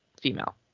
female